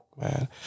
Man